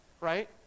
Right